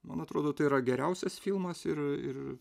man atrodo tai yra geriausias filmas ir ir